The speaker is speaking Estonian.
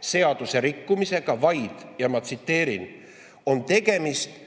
seaduserikkumisega, vaid – tsiteerin – "kus on tegemist